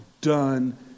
done